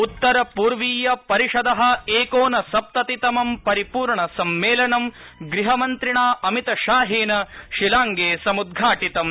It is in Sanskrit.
उत्तर पूर्वीय परिषद एकोनसप्ततितमं परिपूर्ण सम्मेलनं गृहमन्त्रिणा अमितशाहेन शिलांगे समुद्घाटितम्